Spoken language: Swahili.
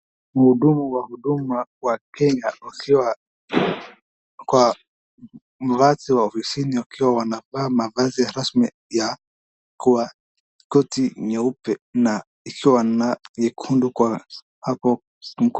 Mhudumu wa huduma wa Kenya akiwa kwa mradi wa ofisini wakiwa wanavaa mavazi ya rasmi ya koti nyeupe na ikiwa na nyekundu hapo mkononi.